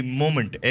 moment